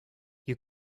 you